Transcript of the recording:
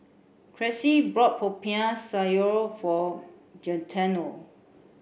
Cressie bought Popiah Sayur for Gaetano